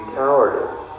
cowardice